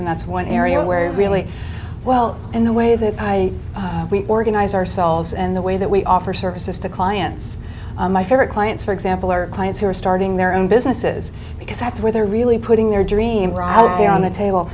and that's one area where really well in the way that i we organize ourselves and the way that we offer services to clients my favorite clients for example are clients who are starting their own businesses because that's where they're really putting their dream where i would be on the table